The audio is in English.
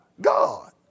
God